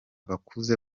bakuze